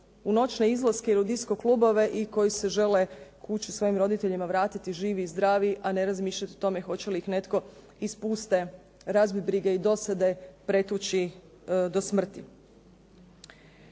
u noćne izlaske i u disco klubove i koji se žele kući svojim roditeljima vratiti živi i zdravi, a ne razmišljati o tome hoće li ih netko iz puste razbibrige i dosade pretući do smrti.